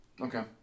Okay